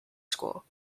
school